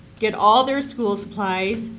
get all their school supplies,